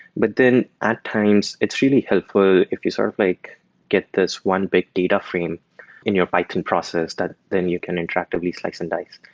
but then at times, it's really helpful if you sort of like get this one big data frame in your python process that then you can interactively slice and dice.